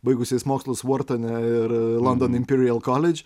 baigusiais mokslus vortone ir london imperial koledž